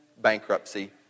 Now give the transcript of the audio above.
bankruptcy